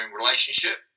relationship